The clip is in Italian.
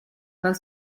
per